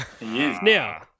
Now